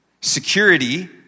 security